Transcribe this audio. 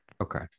okay